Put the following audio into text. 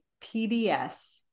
PBS